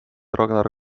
ragnar